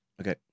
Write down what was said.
Okay